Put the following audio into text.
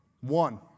one